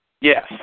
Yes